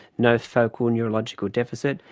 no focal neurological deficit.